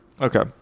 okay